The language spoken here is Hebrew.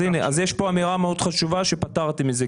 אז יש אמירה מאוד חשובה שפטרתם את זה,